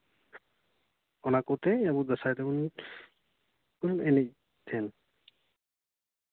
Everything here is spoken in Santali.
ᱚᱱᱟ ᱠᱚᱛᱮ ᱟᱵᱚ ᱫᱟᱸᱥᱟᱭ ᱫᱚᱵᱚᱱ ᱮᱱᱮᱡ ᱛᱟᱦᱮᱱ